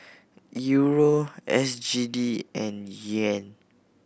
Euro S G D and Yuan